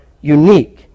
unique